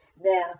now